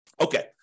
Okay